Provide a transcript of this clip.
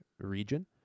region